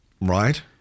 Right